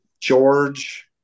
George